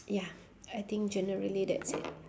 ya I think generally that's it